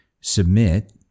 submit